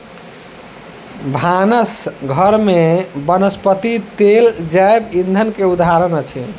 भानस घर में वनस्पति तेल जैव ईंधन के उदाहरण अछि